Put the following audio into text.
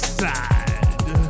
side